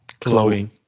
Chloe